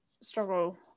struggle